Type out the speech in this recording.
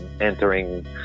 entering